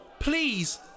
Please